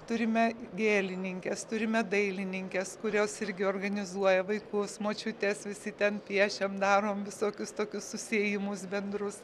turime gėlininkes turime dailininkes kurios irgi organizuoja vaikus močiutes visi ten piešiam darom visokius tokius susiėjimus bendrus